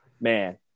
man